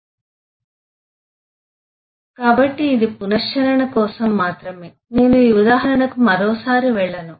సమయం 2525 స్లయిడ్ చూడండి కాబట్టి ఇది పునశ్చరణ కోసం మాత్రమే నేను ఈ ఉదాహరణకు మరోసారి వెళ్ళను